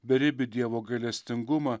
beribį dievo gailestingumą